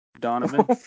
Donovan